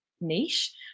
Niche